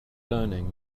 learning